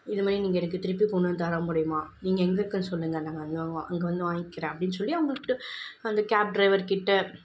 இது மாதிரி நீங்கள் எனக்கு திருப்பி கொண்டு வந்து தர முடியுமா நீங்கள் எங்கே இருக்கேன்னு சொல்லுங்கள் நாங்கள் அங்கே வா அங்கே வந்து வாங்கிக்கிறேன் அப்படின்னு சொல்லி அவங்கக்கிட்ட அந்த கேப் ட்ரைவர்க்கிட்ட